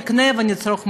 נקנה ונצרוך משהו.